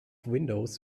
windows